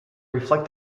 reflect